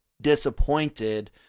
disappointed